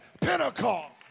Pentecost